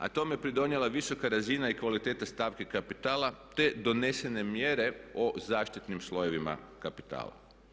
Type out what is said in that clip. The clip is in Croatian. A tome je pridonijela visoka razina i kvaliteta stavki kapitala te donesene mjere o zaštitnim slojevima kapitala.